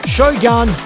Shogun